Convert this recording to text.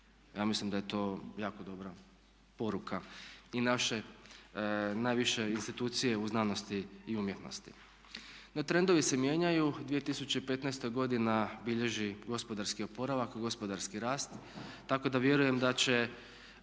Ja mislim da je to jako dobra poruka i naše najviše institucije u znanosti i umjetnosti. No trendovi se mijenjaju 2015. godina bilježi gospodarski oporavak, gospodarski rast tako da vjerujem da će